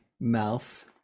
mouth